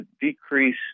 decrease